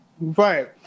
Right